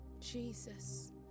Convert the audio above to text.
Jesus